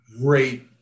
great